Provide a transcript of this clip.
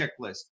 checklist